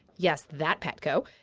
yes, that petco.